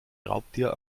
raubtier